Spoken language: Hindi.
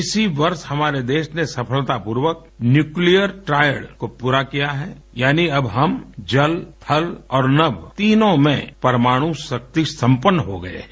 इसी वर्ष हमारे देश ने सफलतापूर्वक न्यूकलियर ट्राइड को पूरा किया है यानी अब हम जल थल और नभ तीनों में परमाणुशक्ति संपन्न हो गए हैं